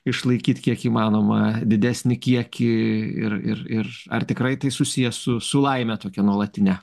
išlaikyt kiek įmanoma didesnį kiekį ir ir ir ar tikrai tai susiję su laime tokia nuolatine